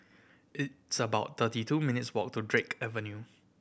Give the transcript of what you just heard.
it's about thirty two minutes' walk to Drake Avenue